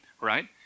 right